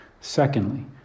Secondly